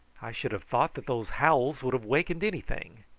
i should have thought that those howls would have wakened anything.